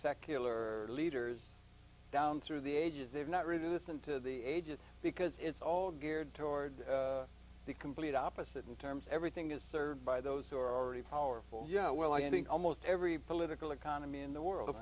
secular leaders down through the ages they've not reduced into the ages because it's all geared toward the complete opposite in terms everything is served by those who are already powerful yeah well i think almost every political economy in the world of